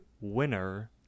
Winner